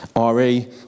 RE